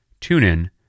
TuneIn